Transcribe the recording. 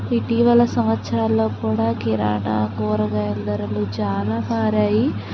ఇటీవల సంవత్సరాలలో కూడా కిరాణా కూరగాయల ధరలు చాలా మారాయి